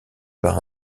par